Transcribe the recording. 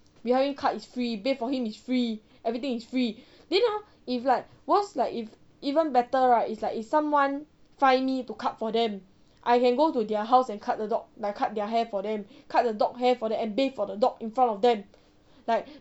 we help him cut is free bath for him is free everything is free then ah if like once like if even better right it's like if someone find me to cut for them I can go to their house and cut the dog like cut their hair for them cut the dog hair for them and bath for the dog in front of them like